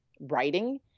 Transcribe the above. Writing